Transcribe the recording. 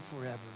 forever